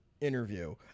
interview